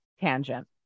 tangent